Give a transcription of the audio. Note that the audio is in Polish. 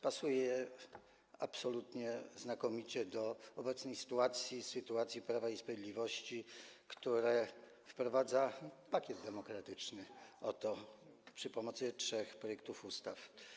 Pasuje ono absolutnie znakomicie do obecnej sytuacji, sytuacji Prawa i Sprawiedliwości, które wprowadza pakiet demokratyczny za pomocą trzech projektów ustaw.